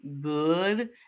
good